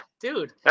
Dude